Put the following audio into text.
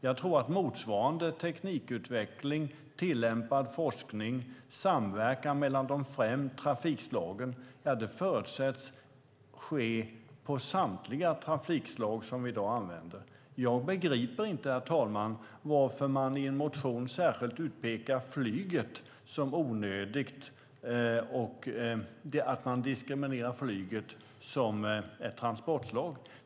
Jag tror att motsvarande teknikutveckling, tillämpad forskning och samverkan mellan de fem trafikslagen förutsätts ske inom samtliga trafikslag som vi i dag använder. Herr talman! Jag begriper inte varför man i en motion särskilt pekar ut flyget som onödigt, att man diskriminerar flyget som transportslag.